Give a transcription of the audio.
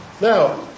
Now